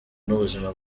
n’ubuzima